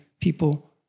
people